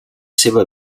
seva